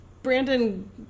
Brandon